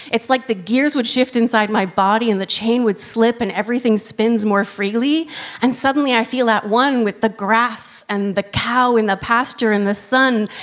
it's like the gears would shift inside my body and the chain would slip and everything spins more freely and suddenly i feel at one with the grass, and the cow, and the pasture, and sun,